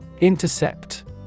Intercept